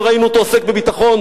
לא ראינו אותו עוסק בביטחון,